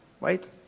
Right